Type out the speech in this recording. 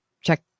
check